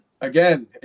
again